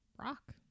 rock